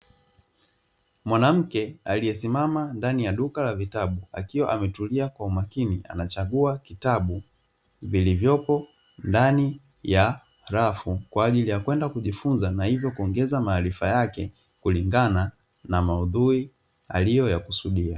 Mwanamke aliyesimama ndani ya duka la vitabu akiwa ametulia kwa umakini anachagua kitabu vilivyopo ndani ya rafu, kwa ajili ya kwenda kujifunza na hivyo kuongeza maarifa yake kulingana na maudhui aliyoyakusudia.